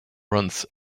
runs